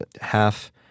half-